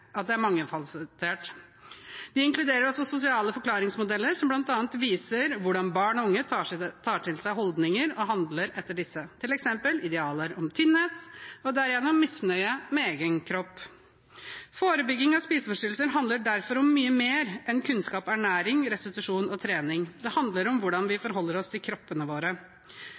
Det inkluderer også sosiale forklaringsmodeller, som bl.a. viser hvordan barn og unge tar til seg holdninger og handler etter disse, f.eks. idealer om tynnhet og derigjennom misnøye med egen kropp. Forebygging av spiseforstyrrelser handler derfor om mye mer enn kunnskap, ernæring, restitusjon og trening. Det handler om hvordan vi forholder oss til kroppene våre.